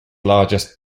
largest